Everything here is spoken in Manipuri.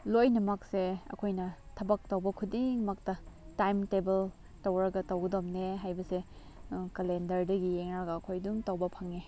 ꯂꯣꯏꯅꯃꯛꯁꯦ ꯑꯩꯈꯣꯏꯅ ꯊꯕꯛ ꯇꯧꯕ ꯈꯨꯗꯤꯡꯃꯛꯇ ꯇꯥꯏꯝ ꯇꯦꯕꯜ ꯇꯧꯔꯒ ꯇꯧꯗꯧꯅꯦ ꯍꯥꯏꯕꯁꯦ ꯀꯂꯦꯟꯗꯔꯗꯒꯤ ꯌꯦꯡꯂꯒ ꯑꯩꯈꯣꯏ ꯑꯗꯨꯝ ꯇꯧꯕ ꯐꯪꯉꯦ